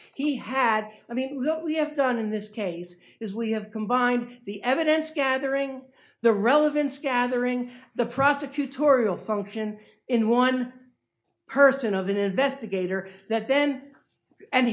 that we have done in this case is we have combined the evidence gathering the relevance gathering the prosecutorial function in one person of an investigator that then and